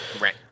Right